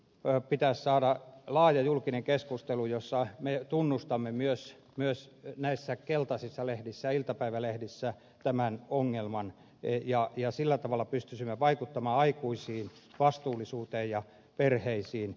ensiksi pitäisi saada laaja julkinen keskustelu jossa me tunnustamme myös näissä keltaisissa lehdissä iltapäivälehdissä tämän ongelman ja sillä tavalla pystyisimme vaikuttamaan aikuisten vastuullisuuteen ja perheisiin